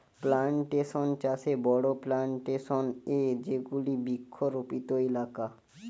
plantation চাষে বড়ো plantation এ যেগুলি বৃক্ষরোপিত এলাকা